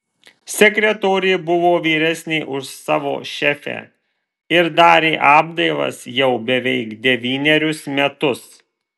sekretorė buvo vyresnė už savo šefę ir darė apdailas jau beveik devynerius metus